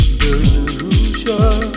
delusion